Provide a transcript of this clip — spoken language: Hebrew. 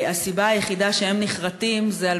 אלא הסיבה היחידה לכך שהם נכרתים זה על